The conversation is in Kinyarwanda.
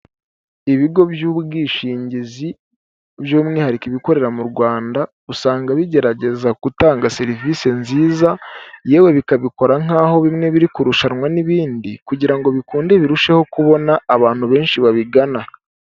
Ibigo by'ubwishingizi by'umwihariko ibikorera mu Rwanda, usanga bigerageza gutanga serivisi nziza, yewe bikabikora nk'aho bimwe biri kurushanwa n'ibindi, kugira ngo bikunde birusheho kubona abantu benshi babigana.